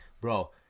Bro